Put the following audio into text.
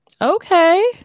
Okay